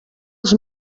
els